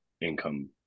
income